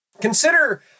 consider